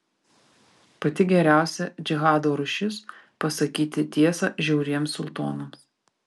pati geriausia džihado rūšis pasakyti tiesą žiauriems sultonams